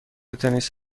تنیس